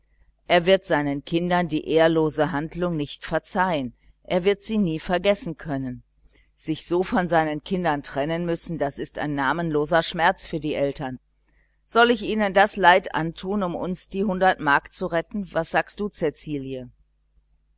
er wird seinen kindern die ehrlose handlung nicht verzeihen er wird sie nie vergessen können sich so von seinen kindern trennen müssen das ist ein namenloser schmerz für eltern soll ich ihnen das leid antun um uns die hundert mark zu retten was sagst du